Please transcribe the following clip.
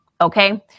Okay